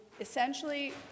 essentially